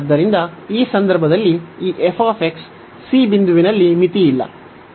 ಆದ್ದರಿಂದ ಈ ಸಂದರ್ಭದಲ್ಲಿ ಈ f c ಬಿಂದುವಿನಲ್ಲಿ ಮಿತಿಯಿಲ್ಲ